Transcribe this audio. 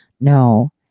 No